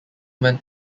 went